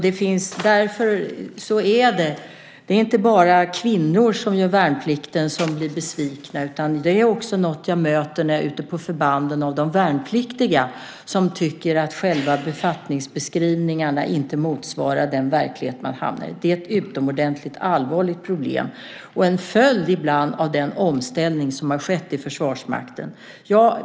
Det är inte bara de kvinnor som gör värnplikten som blir besvikna. Jag möter det också när jag är ute på förbanden. De värnpliktiga tycker inte att befattningsbeskrivningarna motsvarar den verklighet de sedan hamnar i. Detta är ett utomordentligt allvarligt problem och ibland en följd av den omställning som skett i Försvarsmakten.